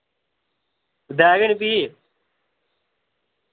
देग निं फ्ही